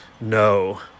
no